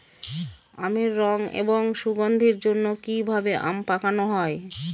আমের রং এবং সুগন্ধির জন্য কি ভাবে আম পাকানো হয়?